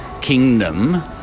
kingdom